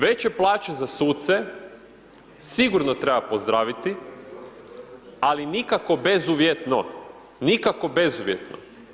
Veće plaće za suce sigurno treba pozdraviti, ali nikako bezuvjetno, nikako bezuvjetno.